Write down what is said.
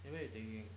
then where you thinking